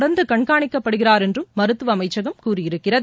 தொடர்ந்து கண்காணிக்கப் படுகிறார் என்றும் மருத்துவ அமைச்சகம் கூறியிருக்கிறது